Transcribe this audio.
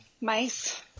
mice